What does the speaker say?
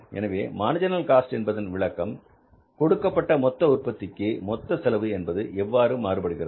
எனவே marginal cost என்பதன் விளக்கம் கொடுக்கப்பட்ட மொத்த உற்பத்திக்கு மொத்த செலவு என்பது எவ்வாறு மாறுபடுகிறது